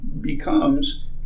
becomes